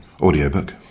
audiobook